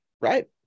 Right